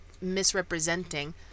misrepresenting